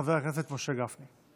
חבר הכנסת משה גפני.